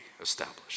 established